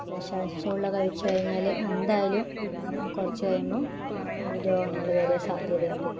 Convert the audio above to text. വിഷാംശമുള്ളത് കഴിച്ചു കഴിഞ്ഞാൽ എന്തായാലും കുറച്ച് കഴിയുമ്പം രോഗങ്ങൾ വരാൻ സാധ്യതയുണ്ട്